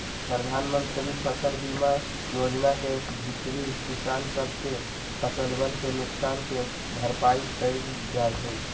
प्रधानमंत्री फसल बीमा योजना के भीतरी किसान सब के फसलवन के नुकसान के भरपाई कइल जाहई